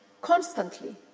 constantly